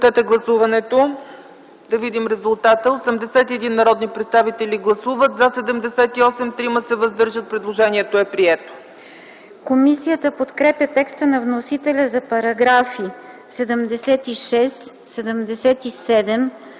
Комисията подкрепя текста на вносителя за параграфи 89, 90,